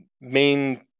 main